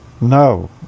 No